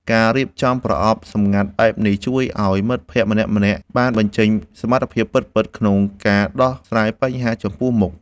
ការរៀបចំប្រអប់សម្ងាត់បែបនេះជួយឱ្យមិត្តភក្តិម្នាក់ៗបានបញ្ចេញសមត្ថភាពពិតៗក្នុងការដោះស្រាយបញ្ហាចំពោះមុខ។